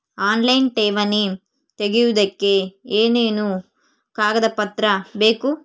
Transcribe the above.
Online ಠೇವಣಿ ತೆಗಿಯೋದಕ್ಕೆ ಏನೇನು ಕಾಗದಪತ್ರ ಬೇಕು?